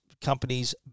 companies